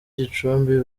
gicumbi